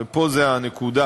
ופה זו הנקודה,